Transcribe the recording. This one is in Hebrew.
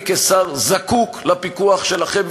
אני כשר זקוק לפיקוח שלכם,